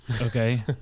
Okay